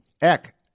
Eck